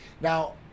Now